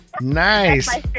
Nice